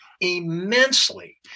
immensely